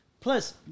plus